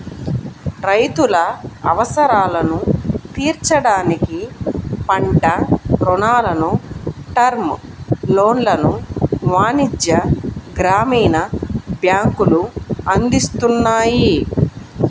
రైతుల అవసరాలను తీర్చడానికి పంట రుణాలను, టర్మ్ లోన్లను వాణిజ్య, గ్రామీణ బ్యాంకులు అందిస్తున్నాయి